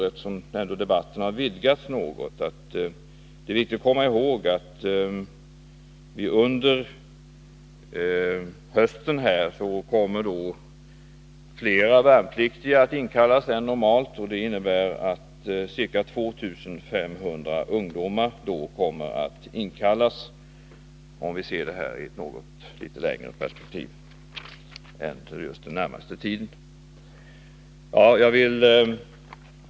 Eftersom debatten har vidgats något, skulle jag kanske kunna nämna — om vi nu ser det hela i ett något längre perspektiv — att det under hösten kommer att inkallas flera värnpliktiga än normalt, ca 2 500.